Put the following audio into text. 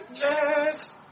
yes